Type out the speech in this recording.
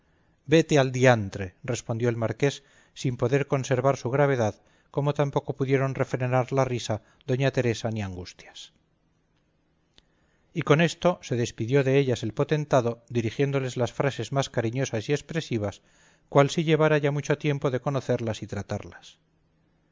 vete al diantre respondió el marqués sin poder conservar su gravedad como tampoco pudieron refrenar la risa da teresa ni angustias y con esto se despidió de ellas el potentado dirigiéndoles las frases más cariñosas y expresivas cual si llevara ya mucho tiempo de conocerlas y tratarlas